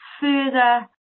further